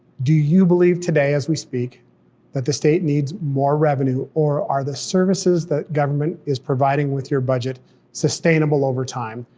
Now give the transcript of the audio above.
do you believe today as we speak that the state needs more revenue, or are the services that government is providing with your budget sustainable over time,